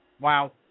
Wow